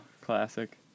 classic